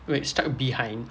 wait stuck behind